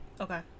okay